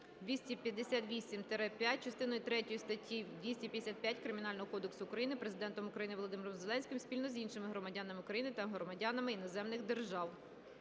258-5, частиною третьою статті 255 Кримінального кодексу України Президентом України Володимиром Зеленським спільно з іншими громадянами України та громадянами іноземних держав.